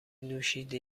نوشیده